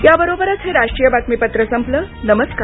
याबरोबरच हे राष्ट्रीय बातमीपत्र संपलं नमस्कार